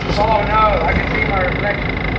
oh, no, i can see my reflection